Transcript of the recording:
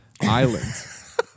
Islands